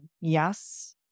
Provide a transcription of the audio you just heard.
yes